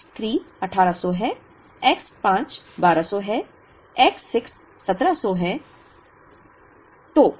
X 3 1800 है X 5 1200 है X 6 1700 है